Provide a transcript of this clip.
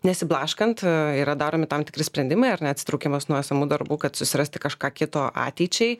nesiblaškant yra daromi tam tikri sprendimai ar ne atsitraukimas nuo esamų darbų kad susirasti kažką kito ateičiai